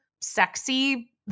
Sexy